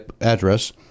address